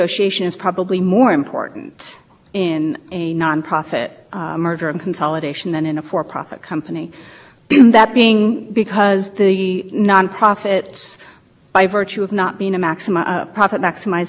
value of the assets where is the attempt to seek out the best value for the assets as one can which is demonstrated through arm's length negotiations putting your assets up for sale get pretty transaction